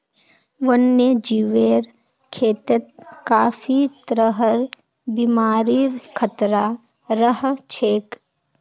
वन्यजीवेर खेतत काफी तरहर बीमारिर खतरा रह छेक